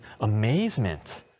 amazement